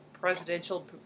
presidential